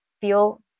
feel